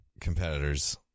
competitors